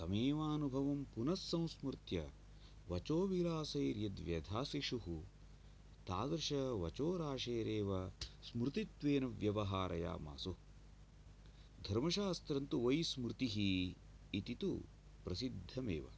तमेवानुभवं पुनः संस्मृत्य वचोविरासैर्यद्यदा शिशुः तादृश वचोराशिरेवा स्मृतित्वेनु व्यवहारयामासु धर्मशास्त्रं तु वै स्मृतिः इति तु प्रसिद्धमेव